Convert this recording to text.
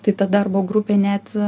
tai ta darbo grupė net